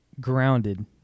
grounded